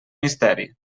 misteri